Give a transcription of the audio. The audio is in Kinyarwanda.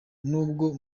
nubwo